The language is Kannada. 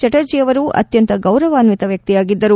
ಚಟರ್ಜಿಯವರು ಅತ್ಯಂತ ಗೌರವಾನ್ವಿತ ವ್ಯಕ್ತಿಯಾಗಿದ್ದರು